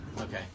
Okay